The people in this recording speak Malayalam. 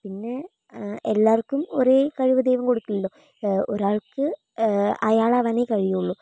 പിന്നെ എല്ലാവർക്കും ഒരേ കഴിവ് ദൈവം കൊടുക്കില്ലല്ലോ ഒരാൾക്ക് അയാളാവാനേ കഴിയുള്ളൂ